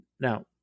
Now